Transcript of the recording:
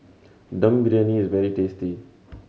Dum Briyani is very tasty